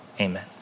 Amen